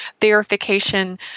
verification